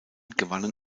gewannen